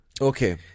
Okay